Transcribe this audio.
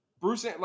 Bruce –